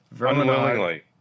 Unwillingly